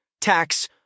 tax